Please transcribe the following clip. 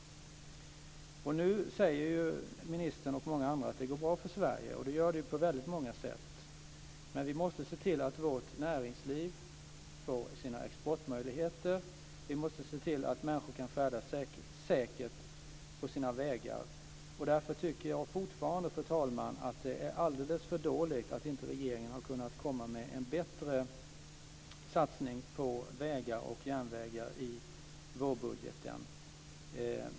Nu säger ministern och många andra att det går bra för Sverige, och det gör det ju på många sätt. Men vi måste se till att vårt näringsliv får sina exportmöjligheter. Vi måste se till att människor kan färdas säkert på sina vägar. Därför tycker jag fortfarande, fru talman, att det är alldeles för dåligt att regeringen inte har kunnat komma med en bättre satsning på vägar och järnvägar i vårbudgeten.